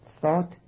thought